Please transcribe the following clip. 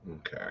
Okay